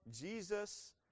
Jesus